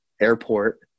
airport